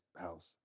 house